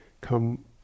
come